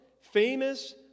famous